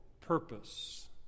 purpose